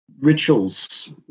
rituals